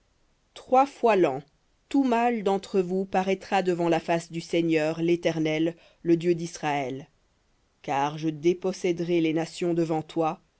trois fois l'an tout mâle d'entre vous paraîtra devant la face du seigneur l'éternel le dieu disraël car je déposséderai les nations devant toi